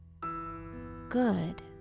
Good